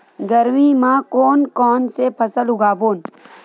गरमी मा कोन कौन से फसल उगाबोन?